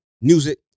music